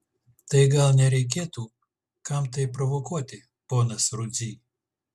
tai gal nereikėtų kam tai provokuoti ponas rudzy